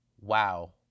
Wow